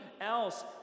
else